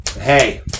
Hey